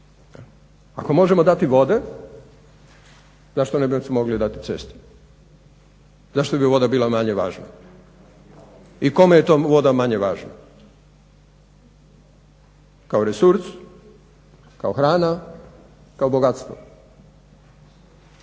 Ako možemo dati vode zašto ne bismo onda mogli dati cestu, zašto bi voda bila manje važna i kome je to voda manje važna kao resurs, kao hrana, kao bogatstvo.